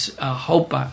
hope